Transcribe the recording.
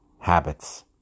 habits